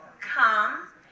come